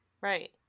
right